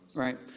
Right